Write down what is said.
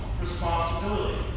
responsibility